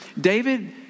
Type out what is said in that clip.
David